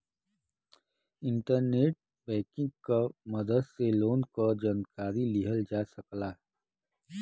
internet banking क मदद से लोन क जानकारी लिहल जा सकला